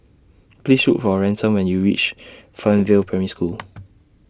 Please Look For Ransom when YOU REACH Fernvale Primary School